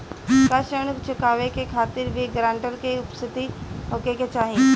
का ऋण चुकावे के खातिर भी ग्रानटर के उपस्थित होखे के चाही?